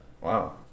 wow